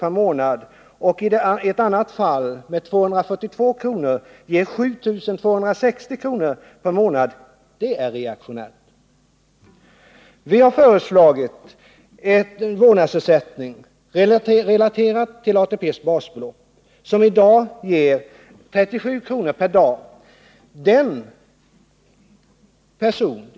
per månad och i ett annat fall med 242 kr. per dag ger 7 260 kr. per månad, det är reaktionärt. Vi har föreslagit en vårdnadsersättning, relaterad till ATP:s basbelopp, som i dag ger 37 kr. per dag.